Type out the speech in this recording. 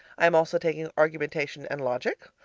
i am also taking argumentation and logic.